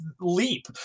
leap